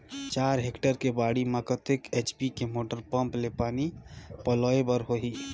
चार हेक्टेयर के बाड़ी म कतेक एच.पी के मोटर पम्म ले पानी पलोय बर होही?